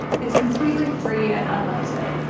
it's completely free and unlimited